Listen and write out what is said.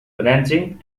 ranching